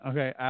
Okay